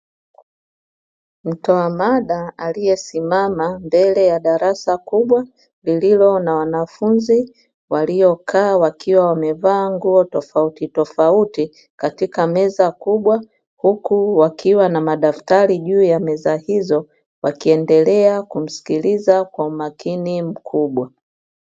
Mtoa maada aliyesimama mbele ya darasa kubwa, lililo na wanafunzi walio kaa wakiwa wamevaa nguo tofautitofauti katika meza kubwa, huku kukiwa na madaftari juu ya meza hizo wakiendelea kumsikiliza kwa umakini mkubwa.